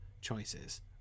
choices